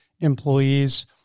employees